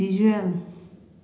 visual